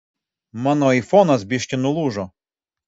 mano aifonas biškį nulūžo